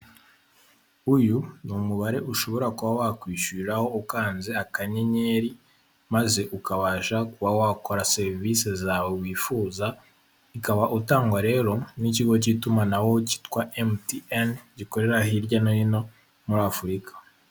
Uyu ni umubare ushobora kuba wakwishyuriraho, ukanze akanyenyeri, maze ukabasha kuba wakora serivise zawe wifuza, ukaba utangwa rero n'ikigo cy'itumanaho cyitwa emutiyeni, gikorera hirya no hino muri Afurika.